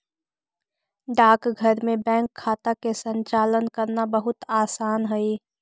डाकघर में बैंक खाता के संचालन करना बहुत आसान हइ